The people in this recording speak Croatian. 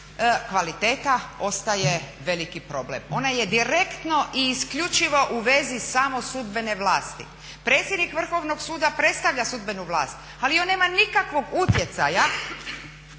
kvaliteta ostaje veliki problem. Ona je direktno i isključivo u vezi samo sudbene vlasti. Predsjednik Vrhovnog suda predstavlja sudbenu vlast ali on nema nikakvog utjecaja